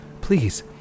Please